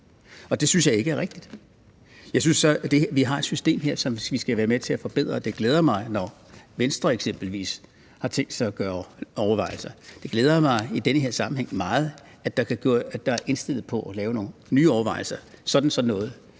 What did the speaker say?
Og det synes jeg ikke er rigtigt, for vi har et system her, som vi skal være med til at forbedre. Det glæder mig, når eksempelvis Venstre har tænkt sig at overveje det. Det glæder mig i den her sammenhæng meget, at man er indstillet på at gøre sig nogle nye overvejelser, sådan at noget